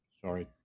sorry